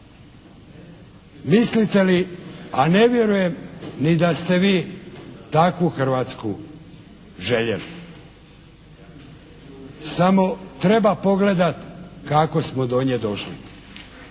Mislite li, a ne vjerujem ni da ste vi takvu Hrvatsku željeli. Samo treba pogledati kako smo do nje došli.